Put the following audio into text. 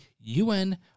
UN